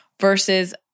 versus